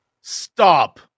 Stop